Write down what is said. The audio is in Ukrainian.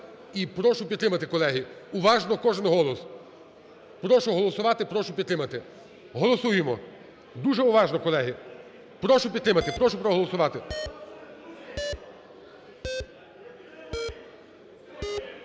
прошу підтримати, колеги, уважно кожен голос. Прошу голосувати, прошу підтримати. Голосуємо дуже уважно, колеги. Прошу підтримати, прошу проголосувати.